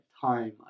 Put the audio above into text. time